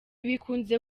bikunze